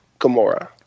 Gamora